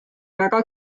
väga